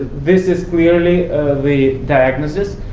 this is clearly the diagnosis.